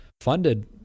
funded